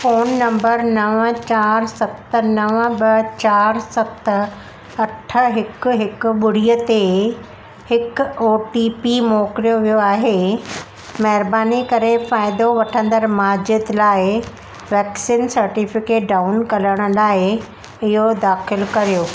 phone number नव चारि सत नव ॿ चारि सत अठ हिकु हिकु ॿुड़ीअ ते हिकु ओ टी पी मोकिलियो वियो आहे महिरबानी करे फ़ाइदो वठंदड़ माज़िद लाइ वैक्सीन सर्टिफिकेट डाउन करण लाइ इहो दाख़िल करियो